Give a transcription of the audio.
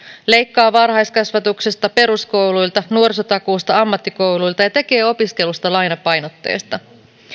leikkaa varhaiskasvatuksesta peruskouluilta nuorisotakuusta ja ammattikouluilta ja tekee opiskelusta lainapainotteista